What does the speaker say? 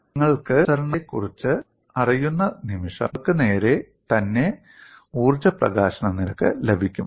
നിങ്ങൾക്ക് അനുസരണത്തെക്കുറിച്ച് അറിയുന്ന നിമിഷം നിങ്ങൾക്ക് നേരെ തന്നെ ഊർജ്ജ പ്രകാശന നിരക്ക് ലഭിക്കും